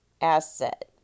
asset